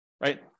right